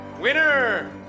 Winner